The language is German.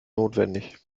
notwendig